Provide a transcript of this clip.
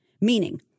Meaning